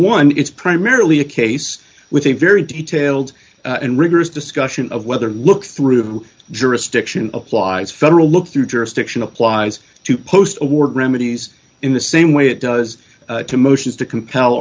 one it's primarily a case with a very detailed and rigorous discussion of whether look through jurisdiction applies federal look through jurisdiction applies to post award remedies in the same way it does to motions to compel